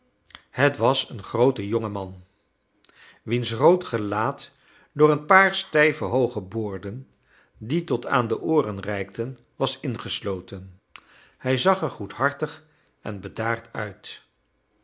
het was een groote jonge man wiens rood gelaat door een paar stijve hooge boorden die tot aan de ooren reikten was ingesloten hij zag er goedhartig en bedaard uit